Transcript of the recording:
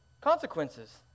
Consequences